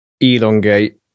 elongate